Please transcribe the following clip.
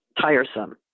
tiresome